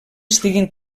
estiguin